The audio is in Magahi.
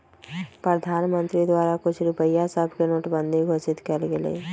प्रधानमंत्री द्वारा कुछ रुपइया सभके नोटबन्दि घोषित कएल गेलइ